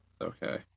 Okay